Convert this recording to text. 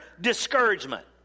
discouragement